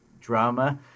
drama